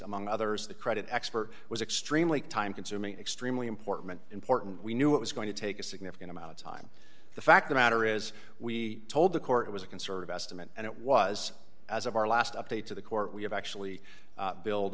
among others the credit expert was extremely time consuming extremely important important we knew it was going to take a significant amount of time the fact the matter is we told the court it was a conserve ask them and it was as of our last update to the court we have actually build